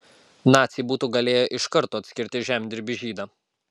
naciai būtų galėję iš karto atskirti žemdirbį žydą